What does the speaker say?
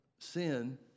sin